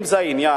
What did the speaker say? אם זה העניין,